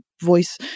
voice